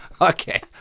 Okay